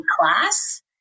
class